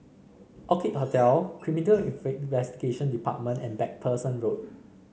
Orchid Hotel Criminal Investigation Department and MacPherson Road